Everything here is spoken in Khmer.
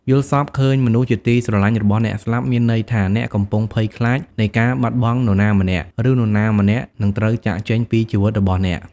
យល់សប្តិឃើញមនុស្សជាទីស្រលាញ់របស់អ្នកស្លាប់ មានន័យថា អ្នកកំពុងភ័យខ្លាចនៃការបាត់បង់នរណាម្នាក់ ឬនរណាម្នាក់នឹងត្រូវចាកចេញពីជីវិតរបស់អ្នក។